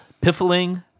piffling